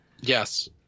Yes